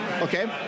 Okay